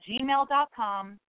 gmail.com